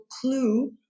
clue